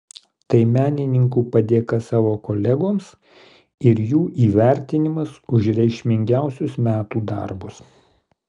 tai menininkų padėka savo kolegoms ir jų įvertinimas už reikšmingiausius metų darbus